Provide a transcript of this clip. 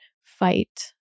fight